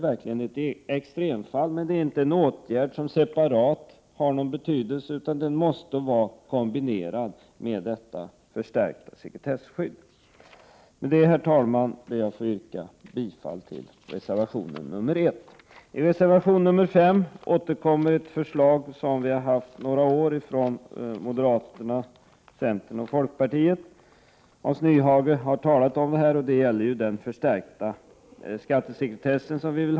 Men detta är inte en åtgärd som separat har någon betydelse, utan den måste vara kombinerad med ett förstärkt sekretesskydd. Med det anförda ber jag, herr talman, att få yrka bifall till reservation 1. I reservation 5 återkommer ett förslag som vi i centern, moderaterna och folkpartiet har framfört under många år. Hans Nyhage har talat om detta, som gäller vårt krav på förstärkt skattesekretess.